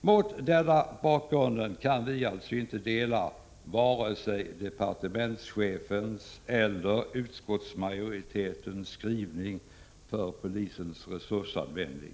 Mot denna bakgrund kan vi alltså inte dela vare sig departementschefens eller utskottsmajoritetens skrivning när det gäller polisens resursanvändning.